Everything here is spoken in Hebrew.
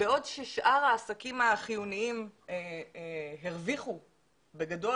בעוד ששאר העסקים החיוניים הרוויחו בגדול,